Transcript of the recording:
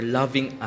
loving